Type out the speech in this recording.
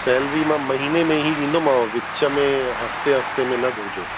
salary मां महीने में ई ॾींदमि और विच में हफ़्ते हफ़्ते में न घुरिजो